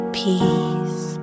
peace